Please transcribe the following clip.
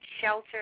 shelter